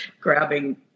grabbing